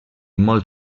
molt